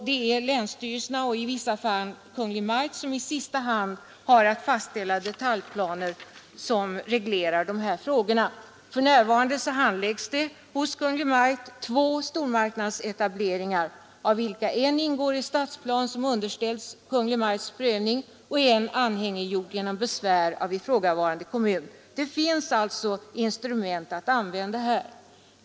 Det är länsstyrelserna och i vissa fall Kungl. Maj:t som har att fastställa detaljplaner som reglerar dessa frågor. För närvarande handläggs hos Kungl. Maj:t två stormark nadsetableringar, av vilka en ingår i stadsplan som underställts Kungl. Maj:ts prövning och en anhängiggjorts genom besvär av ifrågavarande kommun. Det finns alltså instrument att använda här.